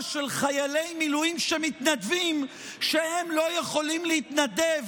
של חיילי מילואים שמתנדבים שהם לא יכולים להתנדב